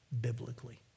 biblically